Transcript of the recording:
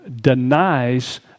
denies